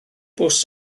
bws